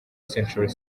century